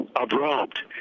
abrupt